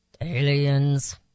Aliens